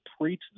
preach